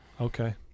Okay